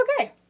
okay